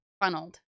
funneled